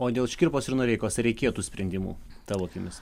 o dėl škirpos ir noreikos reikėtų sprendimų tavo akimis